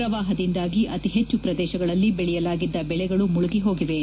ಪ್ರವಾಹದಿಂದಾಗಿ ಅತಿ ಹೆಚ್ಚು ಪ್ರದೇಶಗಳಲ್ಲಿ ಬೆಳೆಯಲಾಗಿದ್ದ ಬೆಳೆಗಳು ಮುಳುಗಿ ಹೋಗಿವೆ